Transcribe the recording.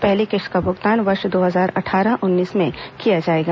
पहली किश्त का भुगतान वर्ष दो हजार अट्ठारह उन्नीस में किया जाएगा